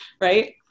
Right